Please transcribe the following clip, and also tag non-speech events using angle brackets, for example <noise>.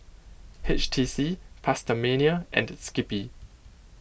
H T C PastaMania and Skippy <noise>